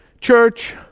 church